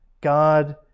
God